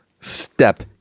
step